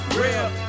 real